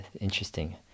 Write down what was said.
interesting